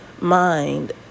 mind